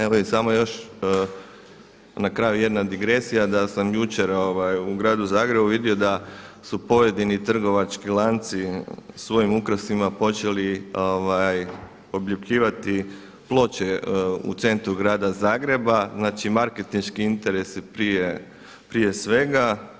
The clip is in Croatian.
Evo i samo još na kraju jedna digresija da sam jučer u Gradu Zagrebu vidio da su pojedini trgovački lanci svojim ukrasima počeli obljepljivati ploče u centru Grada Zagreba, znači marketinški interesi prije svega.